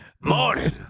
morning